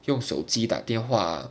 用手机打电话